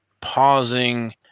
pausing